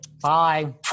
Bye